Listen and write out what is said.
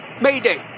Mayday